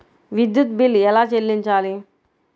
విద్యుత్ బిల్ ఎలా చెల్లించాలి?